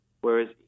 whereas